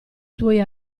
tuoi